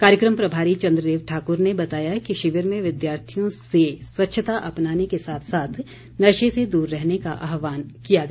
कार्यक्रम प्रभारी चंद्रदेव ठाक्र ने बताया कि शिविर में विद्यार्थियों से स्वच्छता अपनाने के साथ साथ नशे से दूर रहने का आहवान किया गया